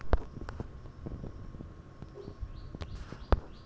পুরো পাসবুকের স্টেটমেন্ট লাগবে কোথায় পাব?